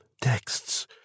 texts